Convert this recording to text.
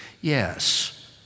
Yes